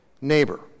neighbor